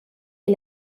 est